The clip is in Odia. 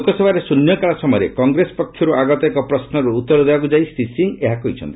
ଲୋକସଭାରେ ଶ୍ରନ୍ୟକାଳ ସମୟରେ କଂଗ୍ରେସ ପକ୍ଷରୁ ଆଗତ ଏକ ପ୍ରଶ୍ନର ଉତ୍ତର ଦେବାକୁ ଯାଇ ଶ୍ରୀ ସିଂହ ଏହା କହିଛନ୍ତି